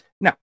Now